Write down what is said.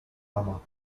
mama